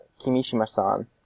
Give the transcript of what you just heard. Kimishima-san